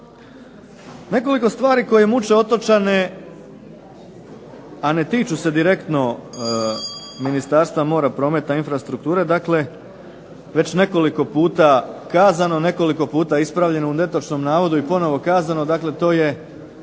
Nekoliko stvari koje muče otočane a ne tiču se direktno Ministarstva mora, prometa i infrastrukture, već nekoliko put kazano, nekoliko puta ispravljano u netočnom navodu i ponovno kazano, dakle to je